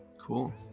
Cool